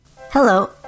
Hello